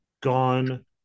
gone